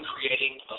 creating